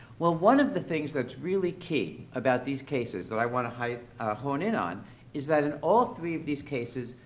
well one of the things that's really key about these cases that i wanna hone in on is that, in all three of these cases,